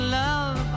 love